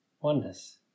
oneness